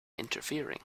interfering